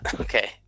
okay